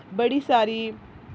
बड़ी सारी